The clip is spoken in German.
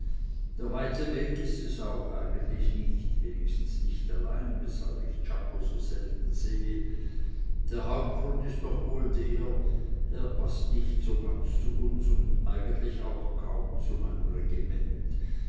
der weite weg ist es auch eigentlich nicht wenigstens nicht allein weshalb ich czako so selten sehe der hauptgrund ist doch wohl der er paßt nicht so ganz zu uns und eigentlich auch kaum zu seinem regiment